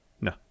no